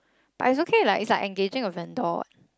but it's okay like it's engaging a vendor what